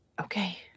Okay